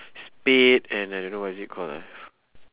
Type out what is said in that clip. spade and uh I don't know what is it call ah